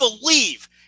believe